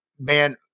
man